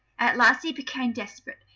at last he became desperate,